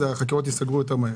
החקירות ייסגרו יותר מהר,